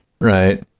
right